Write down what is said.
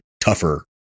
tougher